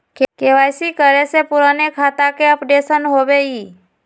KYC करें से पुराने खाता के अपडेशन होवेई?